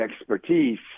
expertise